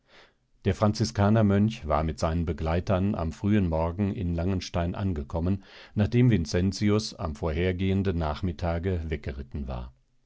der franziskanermönch war mit seinen begleitern am frühen morgen in langenstein angekommen nachdem vincentius am vorhergehenden nachmittage weggeritten war